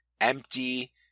empty